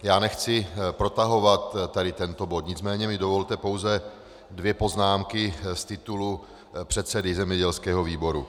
Já nechci protahovat tento bod, nicméně mi dovolte pouze dvě poznámky z titulu předsedy zemědělského výboru.